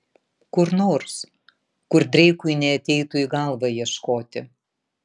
kur nors kur dreikui neateitų į galvą ieškoti